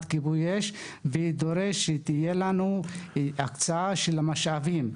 כיבוי אש וכן שתהיה לנו הקצאה של משאבים.